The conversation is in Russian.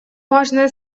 важное